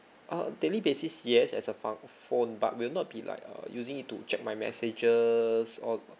uh daily basis yes as a phone but will not be like uh using it to check my messages or